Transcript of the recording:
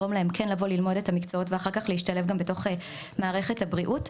אנחנו רוצים לראות מה יגרום להם לרצות להשתלב גם בתוך מערכת הבריאות,